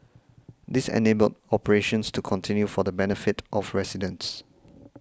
this enabled operations to continue for the benefit of residents